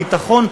הביטחון,